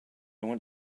want